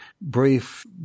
brief